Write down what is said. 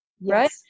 Right